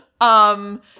um-